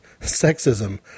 sexism